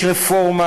יש רפורמה,